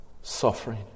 Suffering